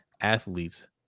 athletes